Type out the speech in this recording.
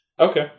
Okay